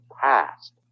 past